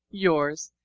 yours,